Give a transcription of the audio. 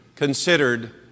considered